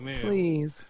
Please